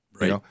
Right